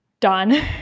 Done